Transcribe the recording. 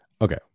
Okay